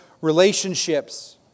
relationships